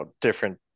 different